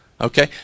Okay